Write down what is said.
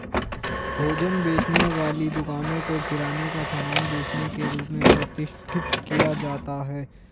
भोजन बेचने वाली दुकानों को किराने का सामान बेचने के रूप में प्रतिष्ठित किया जाता है